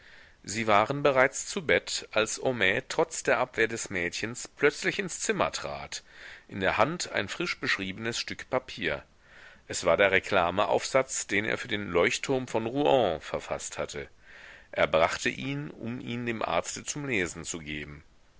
sie waren bereits zu bett als homais trotz der abwehr des mädchens plötzlich ins zimmer trat in der hand ein frisch beschriebenes stück papier es war der reklame aufsatz den er für den leuchtturm von rouen verfaßt hatte er brachte ihn um ihn dem arzte zum lesen zu geben